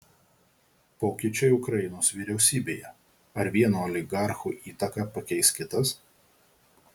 pokyčiai ukrainos vyriausybėje ar vieno oligarcho įtaką pakeis kitas